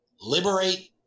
Liberate